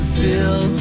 fill